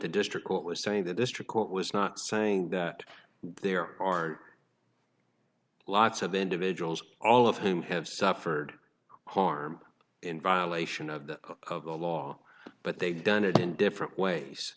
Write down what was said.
the district court was saying the district court was not saying that there are lots of individuals all of whom have suffered harm in violation of the law but they've done it in different ways